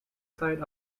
side